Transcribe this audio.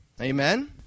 Amen